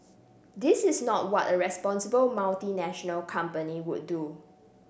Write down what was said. this is not what a responsible multinational company would do